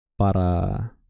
para